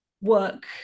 work